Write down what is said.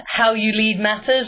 howyouleadmatters